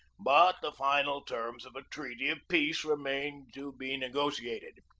but the final terms of a treaty of peace remained to be negotiated.